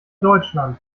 deutschland